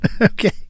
Okay